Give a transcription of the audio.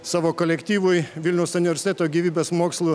savo kolektyvui vilniaus universiteto gyvybės mokslų